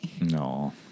No